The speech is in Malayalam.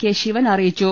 കെ ശിവൻ അറിയിച്ചു